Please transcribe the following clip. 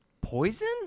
poison